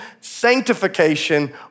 sanctification